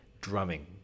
drumming